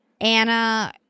anna